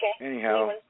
Anyhow